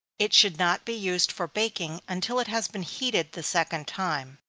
it should not be used for baking until it has been heated the second time.